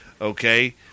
Okay